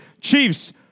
Chiefs